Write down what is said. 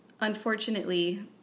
unfortunately